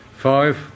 Five